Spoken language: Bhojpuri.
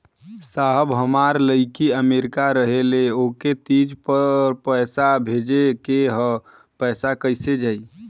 साहब हमार लईकी अमेरिका रहेले ओके तीज क पैसा भेजे के ह पैसा कईसे जाई?